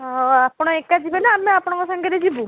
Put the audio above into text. ହଁ ଆପଣ ଏକା ଯିବେନା ଆମେ ଆପଣଙ୍କ ସାଙ୍ଗରେ ଯିବୁ